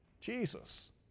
Jesus